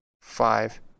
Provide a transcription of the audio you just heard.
five